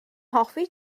hoffi